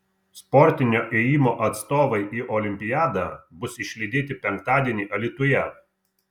sportinio ėjimo atstovai į olimpiadą bus išlydėti penktadienį alytuje